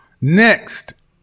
Next